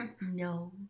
No